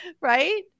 right